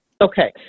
Okay